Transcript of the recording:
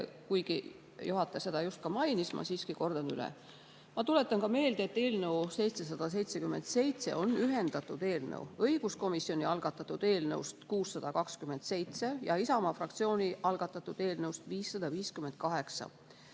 Kuigi juhataja seda just mainis, ma siiski kordasin üle. Ma tuletan ka meelde, et eelnõus 777 on ühendatud õiguskomisjoni algatatud eelnõu 627 ja Isamaa fraktsiooni algatatud eelnõu 558.